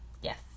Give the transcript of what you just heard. yes